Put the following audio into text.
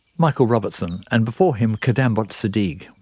michael robertson. and before him kadambot siddique.